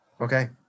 Okay